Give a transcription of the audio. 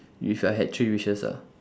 if I had three wishes ah